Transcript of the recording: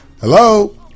Hello